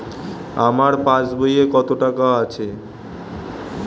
আমার পাস বইয়ে কত টাকা আছে?